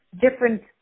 Different